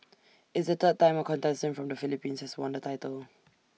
it's the third time A contestant from the Philippines has won the title